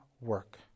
work